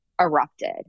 erupted